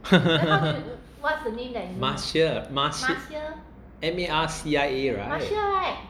呵呵呵呵 marcia marcia M_A_R_C_I_A right